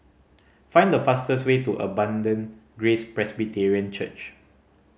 find the fastest way to Abundant Grace Presbyterian Church